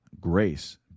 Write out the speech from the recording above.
Grace